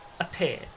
appear